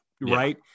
right